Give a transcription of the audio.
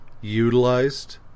utilized